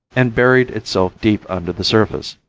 and buried itself deep under the surface.